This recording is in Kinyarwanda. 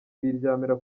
biryamira